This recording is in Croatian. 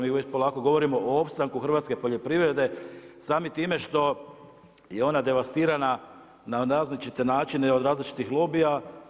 Mi već polako govorimo o opstanku hrvatske poljoprivrede, samim time što ona devastirana na različite načine i od različitih lobija.